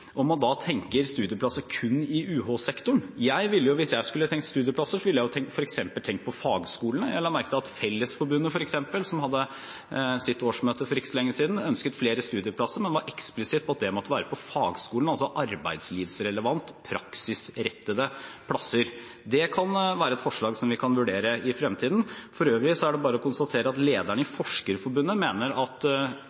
om man da tenker studieplasser kun i UH-sektoren. Hvis jeg skulle tenkt studieplasser, ville jeg f.eks. tenkt på fagskolene. Jeg la merke til at Fellesforbundet f.eks., som hadde sitt årsmøte for ikke så lenge siden, ønsket flere studieplasser, men var eksplisitt på at det måtte være på fagskolen, altså arbeidslivsrelevante og praksisrettede plasser. Det kan være et forslag som vi kan vurdere i fremtiden. For øvrig er det bare å konstatere at lederen i Forskerforbundet mener at